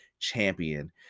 champion